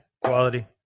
Quality